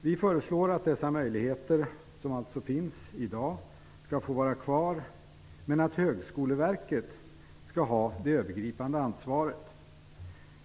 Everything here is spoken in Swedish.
Vi föreslår att dessa möjligheter, som alltså finns i dag, skall få vara kvar, men att Högskoleverket skall ha det övergripande ansvaret.